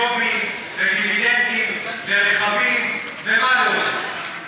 ג'ובים ודיבידנדים וכלי רכב ומה לא.